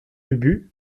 ubu